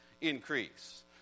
increase